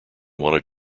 wanted